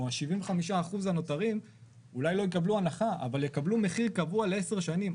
או ה 75% הנותרים אולי לא יקבלו הנחה אבל יקבלו מחיר קבוע לעשר שנים.